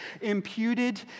imputed